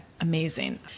amazing